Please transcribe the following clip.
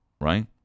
right